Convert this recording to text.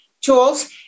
tools